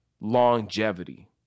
longevity